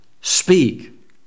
speak